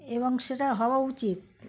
এবং সেটা হওয়া উচিত